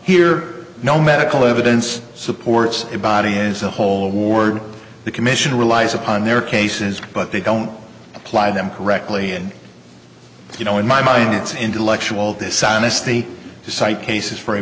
here no medical evidence supports a body is the whole award the commission relies upon their cases but they don't apply them correctly and you know in my mind it's intellectual dishonesty to cite cases